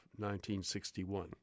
1961